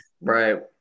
Right